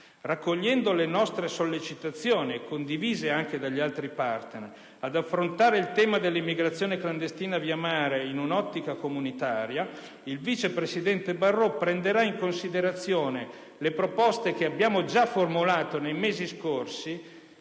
raccogliendo le nostre sollecitazioni, condivise anche da altri partner*,* ad affrontare il tema dell'immigrazione clandestina via mare in un'ottica comunitaria, prenderà in considerazione le proposte che abbiamo già formulato nei mesi scorsi